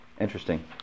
Interesting